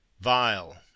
Vile